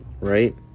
right